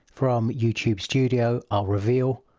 from youtube studio, i'll reveal,